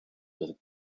with